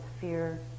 fear